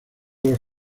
los